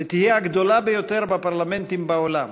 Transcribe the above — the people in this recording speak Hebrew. תהיה הגדולה ביותר בפרלמנטים בעולם,